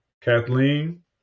Kathleen